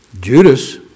Judas